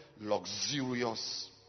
luxurious